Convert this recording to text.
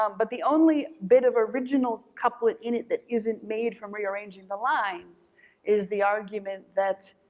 um but the only bit of original couplet in it that isn't made from rearranging the lines is the argument that